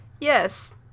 Yes